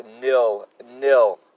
nil-nil